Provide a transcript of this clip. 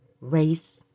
race